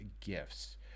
gifts